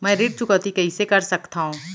मैं ऋण चुकौती कइसे कर सकथव?